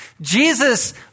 Jesus